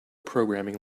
programming